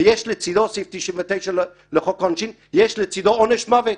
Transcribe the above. ויש לצדו סעיף 99 לחוק העונשין עונש מוות.